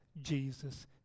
Jesus